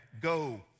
go